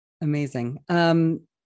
Amazing